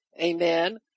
Amen